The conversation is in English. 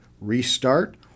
restart